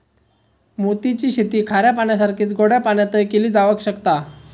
मोती ची शेती खाऱ्या पाण्यासारखीच गोड्या पाण्यातय केली जावक शकता